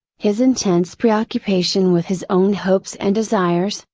his intense preoccupation with his own hopes and desires,